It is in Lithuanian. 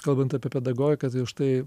kalbant apie pedagogiką tai štai